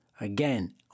Again